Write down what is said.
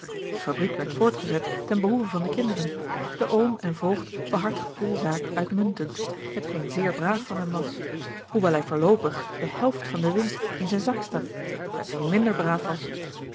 de fabriek werd voortgezet ten behoeve van de kinderen de oom en voogd behartigde de zaak uitmuntend hetgeen zeer braaf van hern was hoewel hij voorloopig de helft van de winst george een ongeluksvogel in zijn zak stak hetgeen minder braaf was